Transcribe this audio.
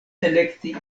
elekti